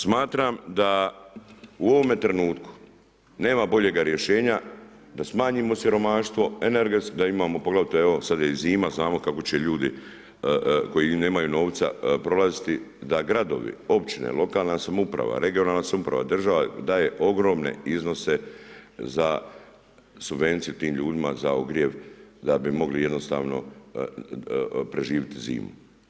Smatram da u ovome trenutku nema boljega rješenja da smanjimo siromaštvo, energetsko, da imamo, poglavito evo sad je i zima, znamo kako će ljudi koji nemaju novca prolaziti da gradovi, općine, lokalna samouprava, regionalna samouprava, država daje ogromne iznose za subvenciju tim ljudima za ogrjev, da bi mogli jednostavno preživit zimu.